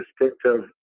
distinctive